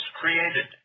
created